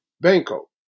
Banco